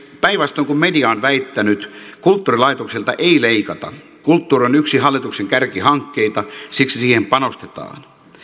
päinvastoin kuin media on väittänyt kulttuurilaitoksilta ei leikata kulttuuri on yksi hallituksen kärkihankkeista siksi siihen panostetaan